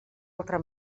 altra